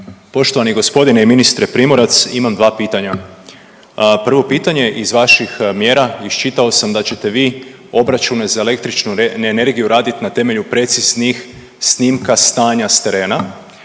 Poštovani g. ministre Primorac. Imam 2 pitanja. Prvo pitanje, iz vaših mjera iščitao sam da ćete vi obračune za električnu energiju raditi na temelju preciznih snimka stanja s terena